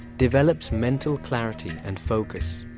develops mental clarity and focus,